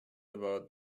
about